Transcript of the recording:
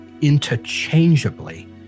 interchangeably